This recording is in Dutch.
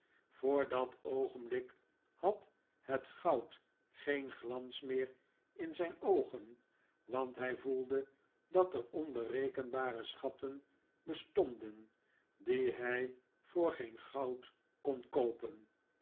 dat oogenblik had het goud geen glans meer in zijn oogen want hij voelde dat er onberekenbare schatten bestonden die hij voor geen goud kon koopen